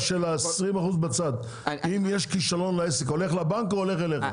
ה-20% האלה הולכים אל הבנק או אליך?